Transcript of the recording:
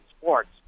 sports